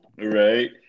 Right